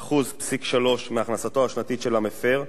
1.3% מהכנסתו השנתית של המפר,